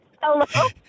Hello